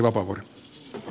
haudatkaa tämä